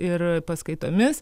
ir paskaitomis